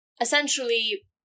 essentially